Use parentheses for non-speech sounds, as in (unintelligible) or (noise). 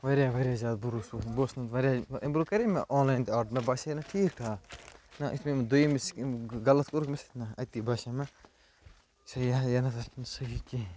واریاہ واریاہ زیادٕ بھروسہٕ ووٚتھ مےٚ بہٕ اوسُس نَہ تہٕ واریاہ اَمہِ برٛۄنٛہہ کَرے مےٚ آنلایِن تہِ آرڈَر مےٚ باسے نہٕ ٹھیٖک ٹھاکھ نَہ یُس مےٚ یِمن دوٚیِم (unintelligible) غلط کوٚر مےٚ سۭتۍ أتی باسیٛو مےٚ (unintelligible) یہِ نَہ سا چھُنہٕ صحیٖح کِہیٖنۍ